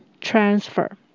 transfer